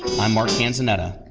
i'm mark canzonetta.